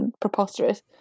preposterous